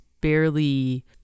barely